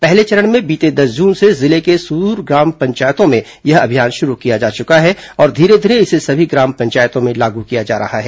पहले चरण में बीते दस जून से जिले के सुदूर ग्राम पंचायतों में यह अभियान शुरू किया जा चुका है और धीरे धीरे इसे सभी ग्राम पंचायतों में लागू किया जा रहा है